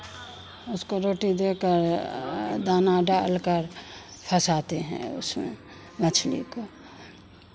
उसको रोटी देकर दाना डाल कर फँसाते हैं उसमें मछली को